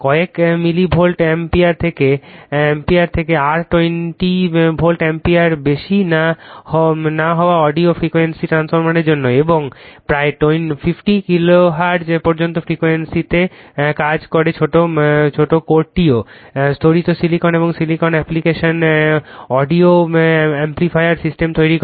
কয়েক millivolt ampere থেকে R20 volt অ্যাম্পিয়ারের বেশি না হওয়া অডিও ফ্রিকোয়েন্সি ট্রান্সফরমারের জন্য এবং প্রায় 15 কিলোহার্টজ পর্যন্ত ফ্রিকোয়েন্সিতে কাজ করে ছোট কোরটিও স্তরিত silicon steel application audio amplifier system দিয়ে তৈরি